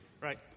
Right